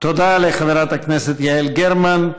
תודה לחברת הכנסת יעל גרמן.